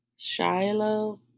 shiloh